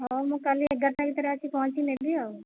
ହଉ ମୁଁ କାଲି ଏଗାରଟା ଭିତରେ ଆସି ପହଞ୍ଚି ନେବି ଆଉ